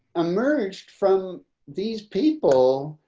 emerged from these people.